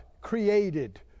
created